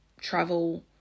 travel